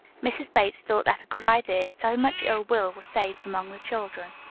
mrs. bates thought that a good idea, so much ill will was saved among the children.